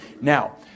Now